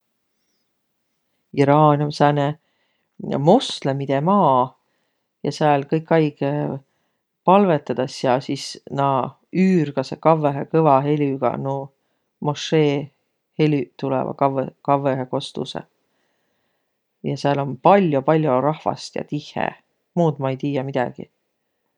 Iraan om sääne moslemide maa. Ja sääl kõik aig palvõtõdas ja sis naaq üürgasõq kavvõhe kõva helüga, nuuq mošee helüq tulõvaq kavvõ- kavvõhe kostusõq. Ja sääl om pall'o-pall'o rahvast ja tihhe. Muud ma ei tiiäq midägi.